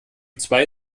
zwei